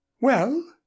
Well